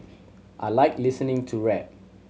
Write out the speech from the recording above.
I like listening to rap